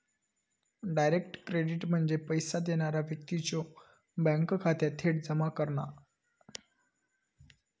direct credit म्हणजे पैसो देणारा व्यक्तीच्यो बँक खात्यात थेट जमा करणा